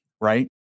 right